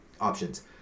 options